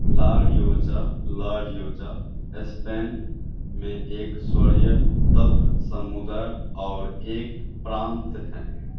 ला Rioja La Rioja Spain में एक स्वरयतत समुदाय और एक प्रांत है